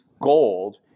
gold